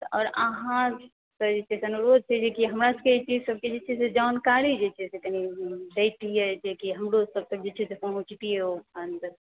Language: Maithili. आओर अहाँसँ अनुरोध छै से हमरा सभकेँ जे चाही से ई चीजके जानकारी जे छै से कनि देतियै जेकि हमरो सभके जे छै से पहुँचतियै ओ फण्ड